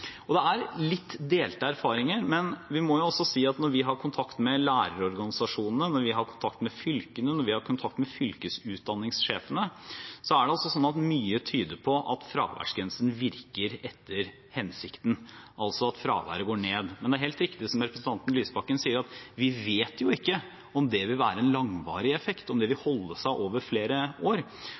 praksis. Det er litt delte erfaringer, men når vi har kontakt med lærerorganisasjonene, med fylkene og med fylkesutdanningssjefene, tyder mye på at fraværsgrensen virker etter hensikten, altså at fraværet går ned. Men det er helt riktig, som representanten Lysbakken sier, vi vet ikke om det vil være en langvarig effekt, om det vil holde seg over flere år.